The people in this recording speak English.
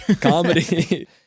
comedy